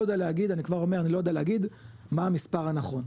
לא יודע להגיד אני כבר אומר אני לא יודע להגיד מה המספר הנכון.